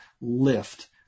lift